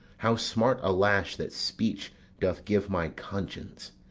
how smart a lash that speech doth give my conscience!